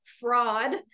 fraud